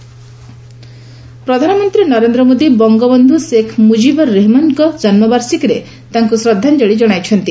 PM Bangabandhu ପ୍ରଧାନମନ୍ତ୍ରୀ ନରେନ୍ଦ୍ର ମୋଦୀ ବଙ୍ଗବନ୍ଧୁ ଶେଖ୍ ମୁଜିବର ରହେମାନଙ୍କ ଜନ୍ମବାର୍ଷିକୀରେ ତାଙ୍କୁ ଶ୍ରଦ୍ଧାଞ୍ଚଳି ଜଣାଇଛନ୍ତି